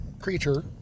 creature